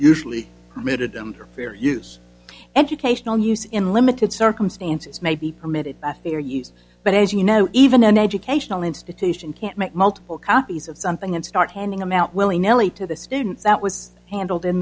usually committed them for use educational use in limited circumstances may be permitted by fair use but as you know even an educational institution can't make multiple copies of something and start handing them out willing nellie to the students that was handled in